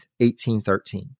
1813